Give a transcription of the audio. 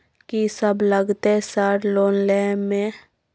कि सब लगतै सर लोन लय में?